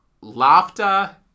laughter